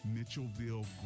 Mitchellville